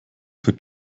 für